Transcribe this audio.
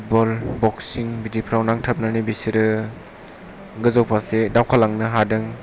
football बक्सिं बिदिफ्राव नांथाबनानै बिसोरो गोजौफारसे दावगालांनो हादों